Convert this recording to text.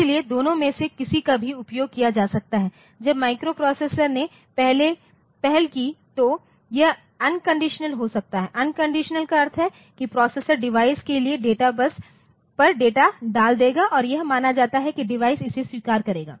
इसलिए दोनों में से किसी का भी उपयोग किया जा सकता है जब माइक्रोप्रोसेसर ने पहल की तो यह अनकंडीशनल हो सकता है अनकंडीशनल का अर्थ है कि प्रोसेसर डिवाइस के लिए डेटा बस पर डेटा डाल देगा और यह माना जाता है कि डिवाइस इसे स्वीकार करेगा